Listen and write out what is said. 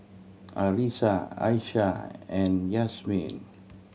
Arissa Aisyah and Yasmin